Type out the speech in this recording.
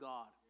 God